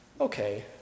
okay